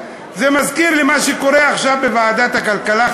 זה מזכיר לי מה שקורה עכשיו בוועדת הכלכלה,